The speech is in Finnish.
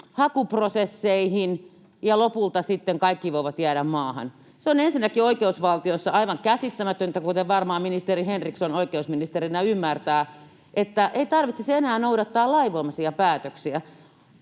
hakuprosesseihin ja lopulta sitten kaikki voivat jäädä maahan? On ensinnäkin oikeusvaltiossa aivan käsittämätöntä, kuten varmaan ministeri Henriksson oikeusministerinä ymmärtää, että ei tarvitsisi enää noudattaa lainvoimaisia päätöksiä.